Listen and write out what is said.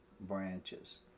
branches